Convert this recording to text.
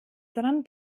dran